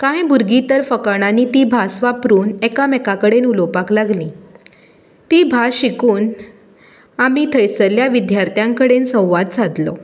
कांय भुरगीं तर फकाणांनी ती भास वापरून एकामेका कडेन उलोवपाक लागलीं ती भास शिकून आमी थंयसरल्या विद्यार्थां कडेन संवाद सादलो